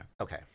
Okay